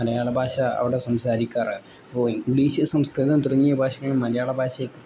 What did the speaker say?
മലയാള ഭാഷ അവിടെ സംസാരിക്കാറ് ഇപ്പോൾ ഇംഗ്ലീഷ് സംസ്കൃതം തുടങ്ങിയ ഭാഷകളും മലയാള ഭാഷയെ